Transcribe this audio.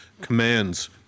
commands –